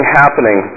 happening